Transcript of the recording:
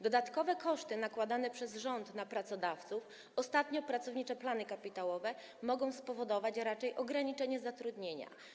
Dodatkowe koszty nakładane przez rząd na pracodawców, ostatnio związane z pracowniczymi planami kapitałowymi, mogą spowodować raczej ograniczenie zatrudnienia.